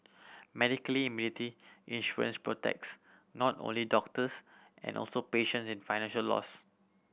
medically indemnity insurance protects not only doctors and also patients in financial loss